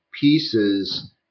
pieces